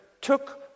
took